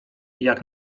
jak